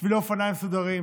שבילי אופניים מסודרים.